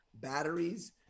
batteries